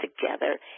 together